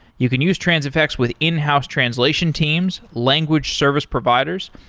you can use transifex with in-house translation teams, language service providers.